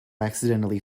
accidentally